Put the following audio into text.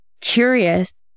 curious